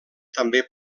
també